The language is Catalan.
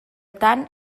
tant